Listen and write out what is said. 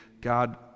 God